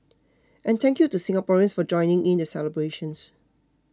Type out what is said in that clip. and thank you to Singaporeans for joining in the celebrations